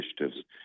initiatives